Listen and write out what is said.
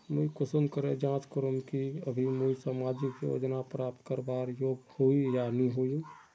मुई कुंसम करे जाँच करूम की अभी मुई सामाजिक योजना प्राप्त करवार योग्य होई या नी होई?